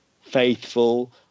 faithful